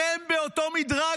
שניהם באותו מדרג,